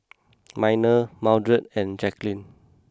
Minor Mildred and Jackeline